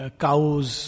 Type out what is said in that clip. cows